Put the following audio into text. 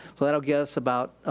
so that'll give us about